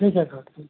ठीक है सर ठीक